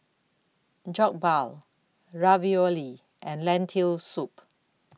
Jokbal Ravioli and Lentil Soup